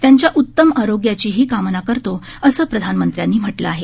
त्यांच्या उतम आरोग्याचीही कामना करतो असे प्रधानमंत्र्यांनी म्हटले आहे